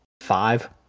five